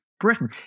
Britain